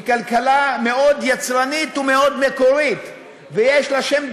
מאוד יצרנית ומאוד מקורית ויש לה שם בעולם.